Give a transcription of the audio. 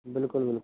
बिल्कुल बिल